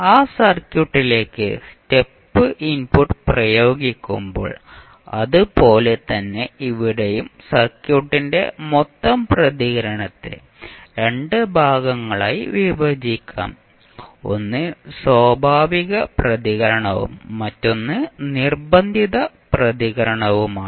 ആ സർക്യൂട്ടുകളിലേക്ക് step input പ്രയോഗിക്കുമ്പോൾ അതുപോലെ തന്നെ ഇവിടെയും സർക്യൂട്ടിന്റെ മൊത്തം പ്രതികരണത്തെ രണ്ട് ഭാഗങ്ങളായി വിഭജിക്കാം ഒന്ന് സ്വാഭാവിക പ്രതികരണവും മറ്റൊന്ന് നിർബന്ധിത പ്രതികരണവുമാണ്